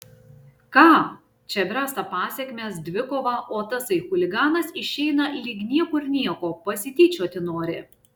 ką čia bręsta pasekmės dvikova o tasai chuliganas išeina lyg niekur nieko pasityčioti nori